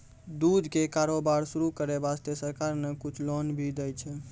दूध के कारोबार शुरू करै वास्तॅ सरकार न कुछ लोन भी दै छै